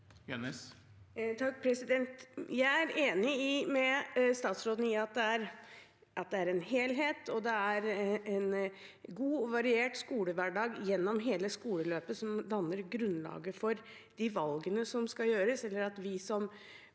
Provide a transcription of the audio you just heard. (H) Jeg er enig med statsråden i at det er en helhet, og at det er en god og variert skolehverdag gjennom hele skoleløpet som danner grunnlaget for de valgene som skal gjøres, eller at vi som